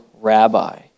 rabbi